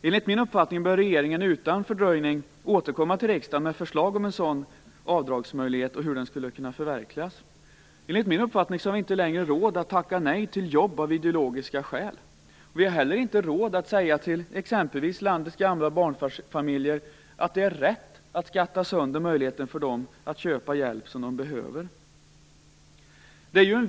Enligt min uppfattning bör regeringen utan fördröjning återkomma till riksdagen med förslag om en sådan avdragsmöjlighet och hur den skulle kunna förverkligas. Enligt min uppfattning har vi inte längre råd att tacka nej till jobb av ideologiska skäl. Vi har heller inte råd att säga till exempelvis landets gamla och barnfamiljer att det är rätt att skatta sönder deras möjlighet att köpa den hjälp de behöver.